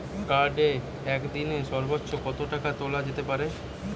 কার্ডে একদিনে সর্বোচ্চ কত টাকা তোলা যেতে পারে?